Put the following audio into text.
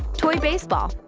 toy baseball.